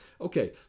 Okay